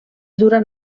duran